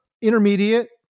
intermediate